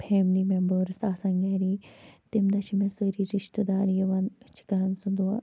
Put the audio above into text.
family members آسان گَری تٔمۍ دۄہ چھِ مےٚ سٲری رِشتہٕ دار یِوان چھِ کران سُہ دۄہ